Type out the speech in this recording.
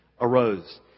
arose